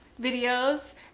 videos